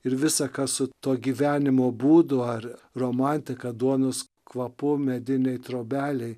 ir visa ką su tuo gyvenimo būdu ar romantiką duonos kvapu medinėje trobelėje